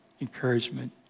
encouragement